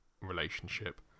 relationship